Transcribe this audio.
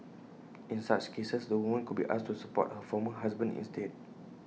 in such cases the woman could be asked to support her former husband instead